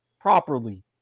properly